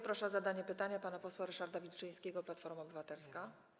Proszę o zadanie pytania pana posła Ryszarda Wilczyńskiego, Platforma Obywatelska.